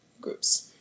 groups